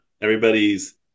Everybody's